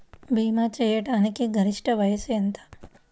భీమా చేయాటానికి గరిష్ట వయస్సు ఎంత?